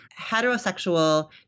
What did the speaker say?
Heterosexual